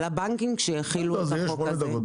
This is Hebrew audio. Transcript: אז יהיו שמונה דקות.